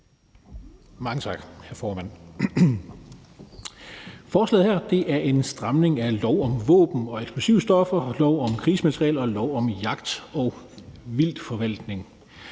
Mange tak, formand. Forslaget her er en stramning af lov om våben og eksplosivstoffer og lov om krigsmateriel og lov om jagt og vildtforvaltning.